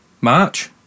March